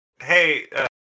Hey